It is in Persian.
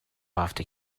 هفته